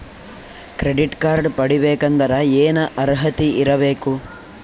Credit card ಪಡಿಬೇಕಂದರ ಏನ ಅರ್ಹತಿ ಇರಬೇಕು?